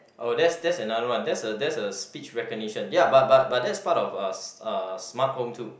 oh that's that's another one that's a that's a speech recognition ya but but but that's part of uh uh smart home too